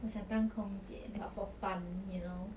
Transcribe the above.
我想当空姐 but for fun you know